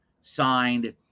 signed